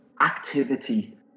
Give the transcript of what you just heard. activity